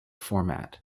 format